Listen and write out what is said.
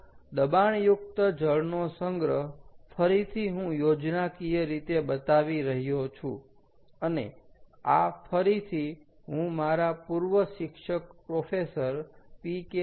તો દબાણયુકત જળનો સંગ્રહ ફરીથી હું યોજનાકીય રીતે બતાવી રહ્યો છું અને આ ફરીથી હું મારા પૂર્વ શિક્ષક પ્રોફેસર પી